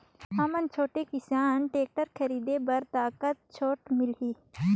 हमन छोटे किसान टेक्टर खरीदे बर कतका छूट मिलही?